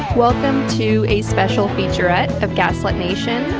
welcome to a special featurette of gaslit nation.